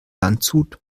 landshut